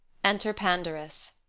enter pandarus